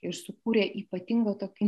ir sukūrė ypatingą tokį